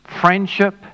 friendship